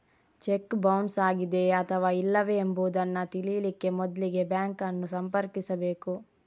check bounce ಆಗಿದೆಯೇ ಅಥವಾ ಇಲ್ಲವೇ ಎಂಬುದನ್ನ ತಿಳೀಲಿಕ್ಕೆ ಮೊದ್ಲಿಗೆ ಬ್ಯಾಂಕ್ ಅನ್ನು ಸಂಪರ್ಕಿಸ್ಬೇಕು